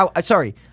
sorry